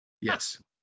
yes